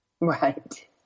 Right